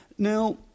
Now